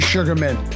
Sugarman